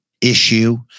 issue